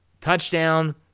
touchdown